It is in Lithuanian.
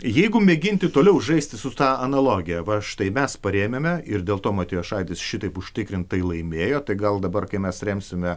jeigu mėginti toliau žaisti su ta analogija va štai mes parėmėme ir dėl to matijošaitis šitaip užtikrintai laimėjo tai gal dabar kai mes remsime